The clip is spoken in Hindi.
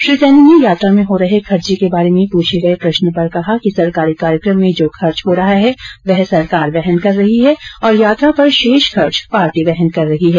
श्री सैनी ने यात्रा में हो रहे खर्चे के बारे में पूछे गए प्रश्न पर कहा कि सरकारी कार्यक्रम में जो खर्च हो रहा है वह सरकार वहन कर रही है तथा यात्रा पर शेष खर्च पार्टी वहन कर रही है